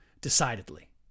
decidedly